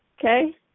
Okay